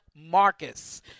Marcus